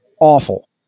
Awful